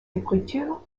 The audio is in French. écritures